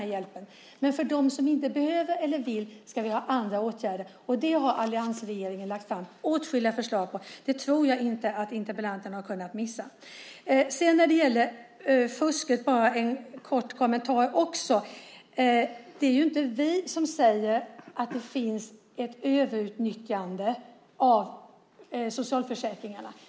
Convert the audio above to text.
För dem som däremot inte behöver eller vill ha det ska vi ha andra åtgärder, vilket alliansregeringen lagt fram åtskilliga förslag om. Det tror jag inte att interpellanten kunnat missa. När det gäller fusket vill jag bara ge en kort kommentar om det. Det är ju inte vi som säger att det finns ett överutnyttjande av socialförsäkringarna.